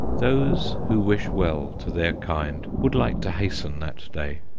those who wish well to their kind would like to hasten that day.